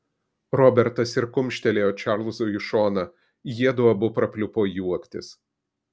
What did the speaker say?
robertas ir kumštelėjo čarlzui į šoną jiedu abu prapliupo juoktis